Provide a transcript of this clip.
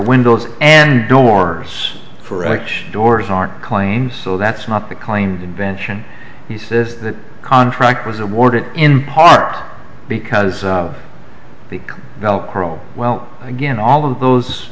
windows and doors for doors aren't coins so that's not the kind invention he says that contract was awarded in part because of the well again all of those